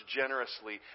generously